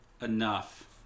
Enough